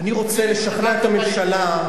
אני רוצה לשכנע את הממשלה,